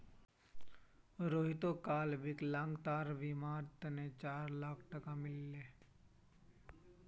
रोहितक कल विकलांगतार बीमार तने चार लाख टका मिल ले